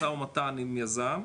משא ומתן עם יזם,